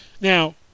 Now